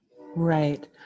Right